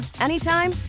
anytime